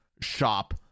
shop